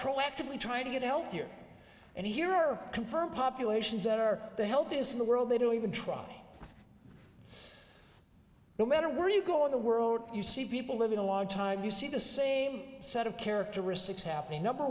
proactively trying to get healthier and here are confirmed populations are the healthiest in the world they don't even try no matter where you go in the world you see people living a long time you see the same set of characteristics happening number